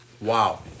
Wow